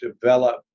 develop